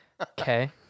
Okay